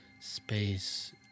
space